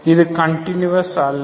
இது கண்டினுவுஸ் அல்ல